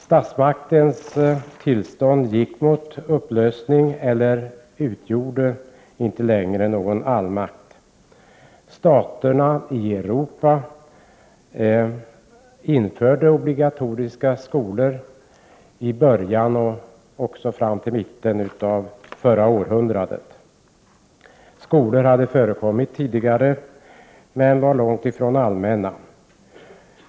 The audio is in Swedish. Statsmaktens tillstånd gick mot sin upplösning, och statsmakten utgjorde inte längre någon allmakt. Staterna i Europa införde obligatoriska skolor i början och fram till mitten av förra århundradet. Skolor hade förekommit tidigare, men de var långt ifrån allmänna.